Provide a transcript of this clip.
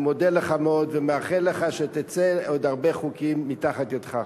אני מודה לך מאוד ומאחל לך שתוציא עוד הרבה חוקים מתחת ידך.